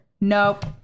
nope